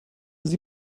sie